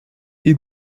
est